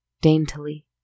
daintily